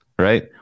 Right